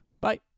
bye